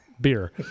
beer